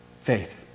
Faith